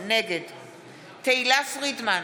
נגד תהלה פרידמן,